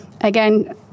Again